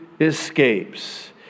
escapes